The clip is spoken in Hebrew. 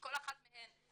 שכל אחת מהן,